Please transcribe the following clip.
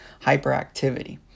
hyperactivity